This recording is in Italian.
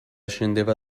scendeva